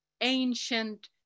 ancient